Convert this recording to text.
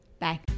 bye